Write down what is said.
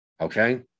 Okay